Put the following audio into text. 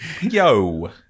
Yo